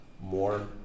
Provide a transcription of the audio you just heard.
more